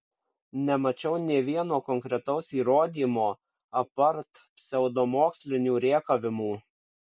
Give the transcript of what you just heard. nemačiau nė vieno konkretaus įrodymo apart pseudomokslinių rėkavimų